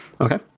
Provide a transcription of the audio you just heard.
Okay